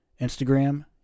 Instagram